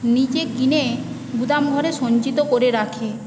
নিজে কিনে গুদাম ঘরে সঞ্চিত করে রাখে